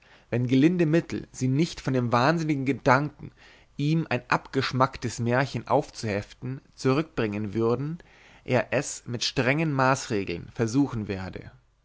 wenn gelinde mittel sie nicht von dem wahnsinnigen gedanken ihm ein abgeschmacktes märchen aufzuheften zurückbringen würden er es mit strengen maßregeln versuchen werde